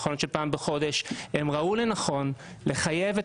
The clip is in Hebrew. נכון שפעם בחודש אבל הם ראו לנכון לחייב את